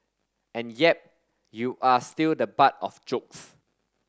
and yep you are still the butt of jokes